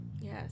Yes